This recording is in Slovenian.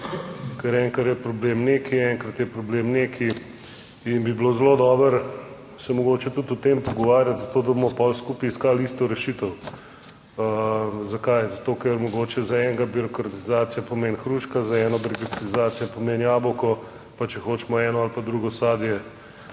ker enkrat je problem nekaj, enkrat je problem nekaj in bi bilo zelo dobro se mogoče tudi o tem pogovarjati, zato da bomo potem skupaj iskali isto rešitev. Zakaj? Zato, ker mogoče za enega birokratizacija pomeni hruška, za eno brigitizacija pomeni jabolko, pa če hočemo eno ali pa drugo sadje